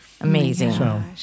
Amazing